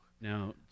Now